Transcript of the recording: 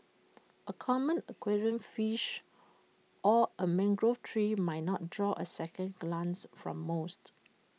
A common aquarium fish or A mangrove tree might not draw A second glance from most